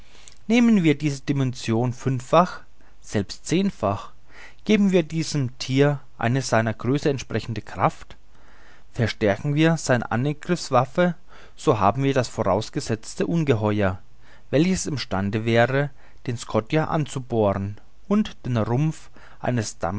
nehmen wir diese dimension fünffach selbst zehnfach geben wir diesem thier eine seiner größe entsprechende kraft verstärken wir seine angriffswaffen so haben wir das vorausgesetzte ungeheuer welches im stande wäre den scotia anzubohren und den rumpf eines